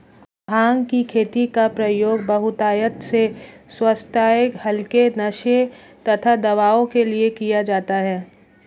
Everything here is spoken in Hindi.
भांग की खेती का प्रयोग बहुतायत से स्वास्थ्य हल्के नशे तथा दवाओं के लिए किया जाता है